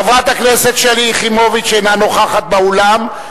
חברת הכנסת שלי יחימוביץ אינה נוכחת באולם,